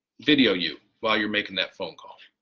video you while you're making that phone call.